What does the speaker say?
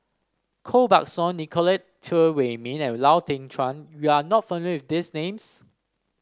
Koh Buck Song Nicolette Teo Wei Min and Lau Teng Chuan you are not familiar with these names